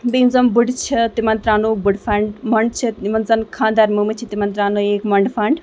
بیٚیہِ یِم زَن بڑٕ چھِ تِمن تراونوُکھ بڑٕ فنڈ مۄنٛڈ یِمن زَن خاندار موٚمٕتۍ چھِ تِمن تراونٲوِکھ مۄنڈٕ فنڈ